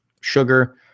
sugar